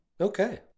okay